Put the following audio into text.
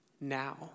now